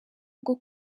bwo